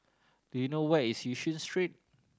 do you know where is Yishun Street